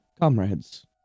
comrades